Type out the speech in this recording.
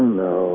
no